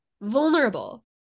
vulnerable